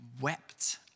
wept